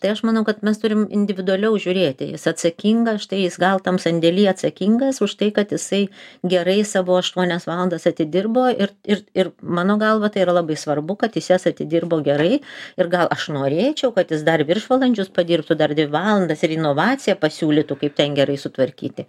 tai aš manau kad mes turim individualiau žiūrėti jis atsakingas štai jis gal tam sandėly atsakingas už tai kad jisai gerai savo aštuonias valandas atidirbo ir ir ir mano galva tai yra labai svarbu kadjis jas atidirbo gerai ir gal aš norėčiau kad jis dar viršvalandžius padirbtų dar dvi valandas ir inovaciją pasiūlytų kaip ten gerai sutvarkyti